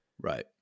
Right